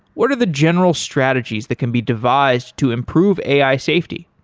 what are the general strategies that can be devised to improve ai safety?